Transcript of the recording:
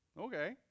okay